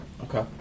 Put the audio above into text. Okay